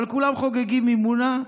אבל כולם חוגגים מימונה,